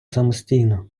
самостійно